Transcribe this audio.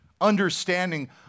understanding